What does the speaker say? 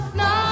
no